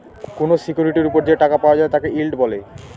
কোনো সিকিউরিটির ওপর যে টাকা পাওয়া যায় তাকে ইল্ড বলে